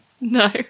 no